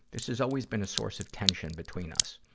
this has always been a source of tension between us.